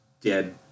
dead